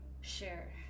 share